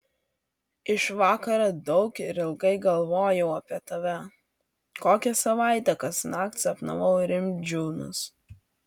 iš vakaro daug ir ilgai galvojau apie tave kokią savaitę kasnakt sapnavau rimdžiūnus